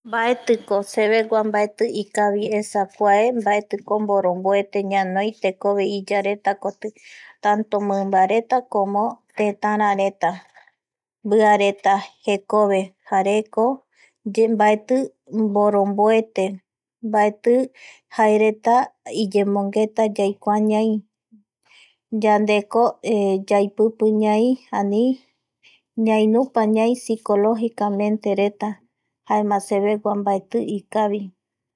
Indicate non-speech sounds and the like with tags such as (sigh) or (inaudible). Mbaetiko sevegua mbaetiko ikavi esa kuae mbaetiko mboromboete ñanoi tekove iyaretakoti tanto (noise) mimbaretakoti como tetararetakoti (noise) mbiareta jekove jareko (hesitation) mbaeti mboromboete, mbaeti jaereta (noise) iyemongeta yaikua ñai yandeko (hesitation) yaipipi ñaiani ñainupa ñai psicologicamente reta jaema sevegua mbaeti ikavi